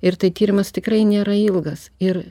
ir tai tyrimas tikrai nėra ilgas ir